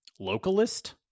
localist